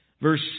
Verse